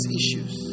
issues